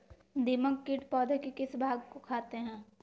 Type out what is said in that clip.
दीमक किट पौधे के किस भाग को खाते हैं?